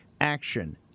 Action